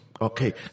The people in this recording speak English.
Okay